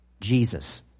Jesus